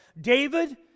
David